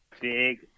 Big